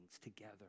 together